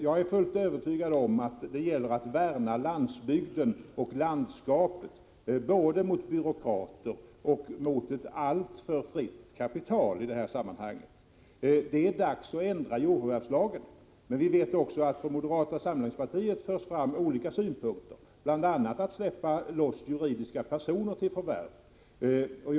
Jag är fullt övertygad om att det gäller att värna landsbygden och landskapet både mot byråkrater och mot ett alltför fritt kapital. Det är dags att ändra jordförvärvslagen, men vi vet också att moderata samlingspartiet för fram olika synpunkter, bl.a. att man skulle släppa loss juridiska personer att förvärva jord.